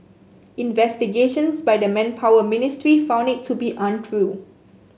investigations by the Manpower Ministry found it to be untrue